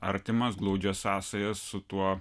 artimas glaudžias sąsajas su tuo